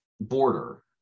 border